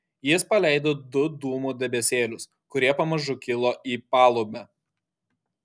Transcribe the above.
jis paleido du dūmų debesėlius kurie pamažu kilo į palubę